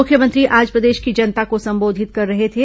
मुख्यमंत्री आज प्रदेश की जनता को संबोधित कर रहे थे